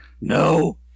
No